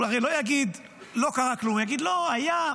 הוא הרי לא יגיד: לא קרה כלום, הוא יגיד: לא, היה,